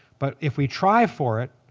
but if we try for it,